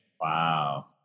Wow